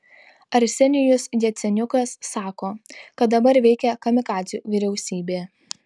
arsenijus jaceniukas sako kad dabar veikia kamikadzių vyriausybė